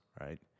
right